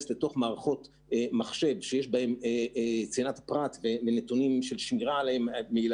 לתוך מערכות מחשב שבהן יש את הנתונים של הילדים.